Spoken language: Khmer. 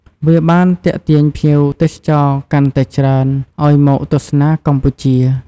វាបានទាក់ទាញភ្ញៀវបរទេសកាន់តែច្រើនឲ្យមកទស្សនាកម្ពុជា។